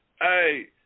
Hey